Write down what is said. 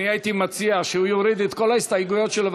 אני הייתי מציע שהוא יוריד את כל ההסתייגויות שלו,